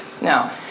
Now